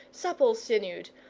supple-sinewed,